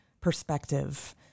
perspective